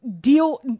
Deal